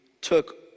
took